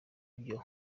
ibyo